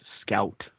scout